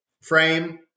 frame